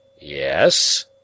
Yes